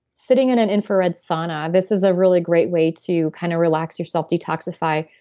sitting in an infrared sauna. this is a really great way to kind of relax yourself, detoxify.